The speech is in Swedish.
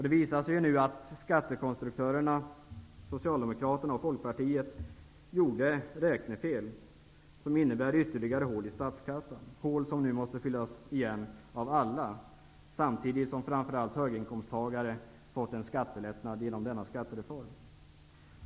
Det visar sig nu att skattekonstruktörerna -- Socialdemokraterna och Folkpartiet -- gjorde räknefel som innerbär ytterligare hål i statskassan, som nu måste fyllas igen av alla, samtidigt som framför allt höginkomstagare fått en skattelättnad genom denna skattereform.